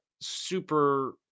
super